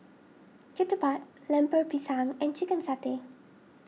Ketupat Lemper Pisang and Chicken Satay